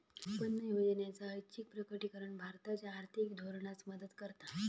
उत्पन्न योजनेचा ऐच्छिक प्रकटीकरण भारताच्या आर्थिक धोरणास मदत करता